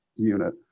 unit